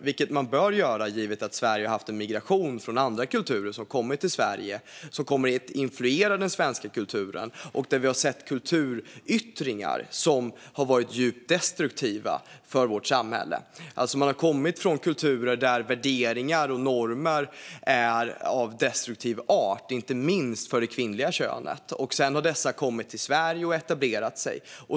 Och det bör man göra, eftersom Sverige har haft en migration från andra kulturer som har kommit att influera den svenska kulturen. Vi har sett kulturyttringar som har varit djupt destruktiva för vårt samhälle. Man har kommit från kulturer där värderingar och normer är av destruktiv art, inte minst för det kvinnliga könet. Sedan har dessa kommit till Sverige och etablerat sig.